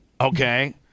Okay